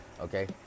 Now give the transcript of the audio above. Okay